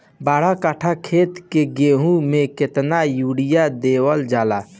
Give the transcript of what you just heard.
बारह कट्ठा खेत के गेहूं में केतना यूरिया देवल जा?